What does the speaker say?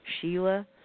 Sheila